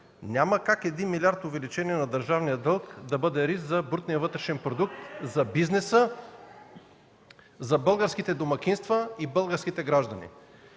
няма как един милиард увеличение на държавния дълг да бъде риск за брутния вътрешен продукт, за бизнеса, за българските домакинства и българските граждани.